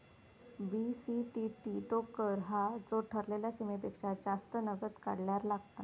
BCTT तो कर हा जो ठरलेल्या सीमेपेक्षा जास्त नगद काढल्यार लागता